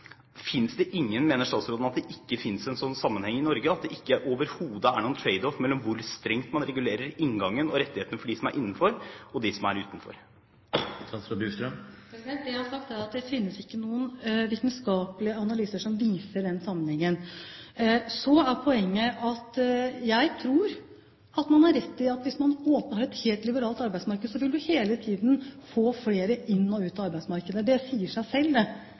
Mener statsråden at det ikke finnes noen slik sammenheng i Norge, at det overhodet ikke er noen trade off mellom hvor strengt man regulerer inngangen, og rettighetene til dem som er innenfor og dem som er utenfor? Det jeg har sagt, er at det ikke finnes noen vitenskapelige analyser som viser den sammenhengen. Så er poenget at jeg tror at man har rett i at hvis man åpner for et helt liberalt arbeidsmarked, vil vi hele tiden få flere inn og ut av arbeidsmarkedet. I de fleste tilfeller vil det si seg selv. Det